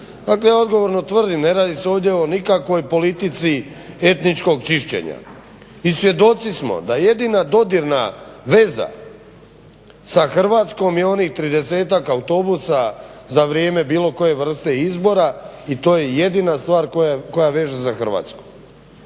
Dakle, odgovorno tvrdim, ne radi se ovdje o nikakvoj politici etničkog čišćenja i svjedoci smo da jedina dodirna veza sa Hrvatskom je onih 30 autobusa za vrijeme bilo koje vrste izbora i to je jedina stvar koja veže za Hrvatsku.